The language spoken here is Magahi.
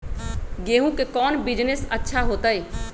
गेंहू के कौन बिजनेस अच्छा होतई?